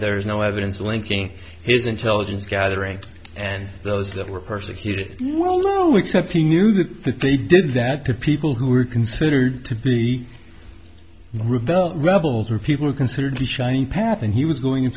there is no evidence linking his intelligence gathering and those that were persecuted except he knew that they did that to people who are considered to be rebel rebels or people considered the shining path and he was going